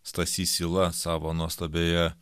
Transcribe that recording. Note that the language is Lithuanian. stasys yla savo nuostabioje